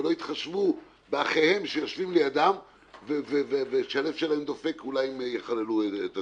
ולא התחשבו באחיהם שיושבים לידם ושהלב שלהם דופק אם יחללו את השבת.